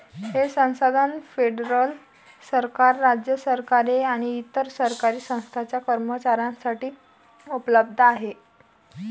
हे संसाधन फेडरल सरकार, राज्य सरकारे आणि इतर सरकारी संस्थांच्या कर्मचाऱ्यांसाठी उपलब्ध आहे